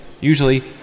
Usually